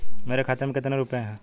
मेरे खाते में कितने रुपये हैं?